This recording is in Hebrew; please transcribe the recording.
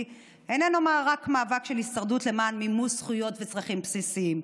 איננו רק מאבק של הישרדות למען מימוש זכויות וצרכים בסיסיים,